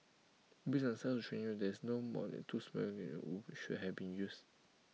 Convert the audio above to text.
based on the size of the training area no more than two smoke grenades should have been used